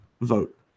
vote